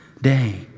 day